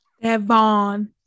Devon